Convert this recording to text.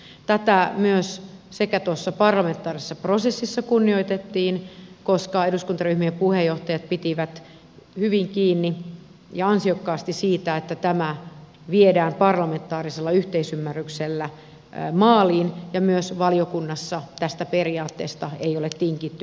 tätä myös tuossa parlamentaarisessa prosessissa kunnioitettiin koska eduskuntaryhmien puheenjohtajat pitivät hyvin ja ansiokkaasti kiinni siitä että tämä viedään parlamentaarisella yhteisymmärryksellä maaliin eikä myöskään valiokunnassa tästä periaatteesta ole tingitty pätkääkään